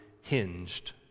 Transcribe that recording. hinged